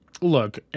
look